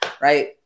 Right